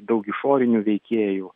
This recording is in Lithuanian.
daug išorinių veikėjų